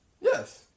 Yes